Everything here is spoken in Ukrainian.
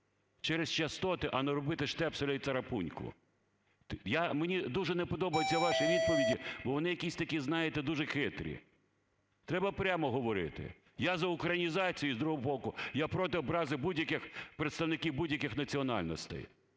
через частоти, а не робити Штепселя і Тарапуньку. Мені дуже не подобаються ваші відповіді, бо вони якісь такі, знаєте, дуже хитрі. Треба прямо говорити: я за українізацію і, з другого боку, я проти образи будь-яких, представників будь-яких національностей.